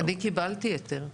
אני קיבלתי היתר.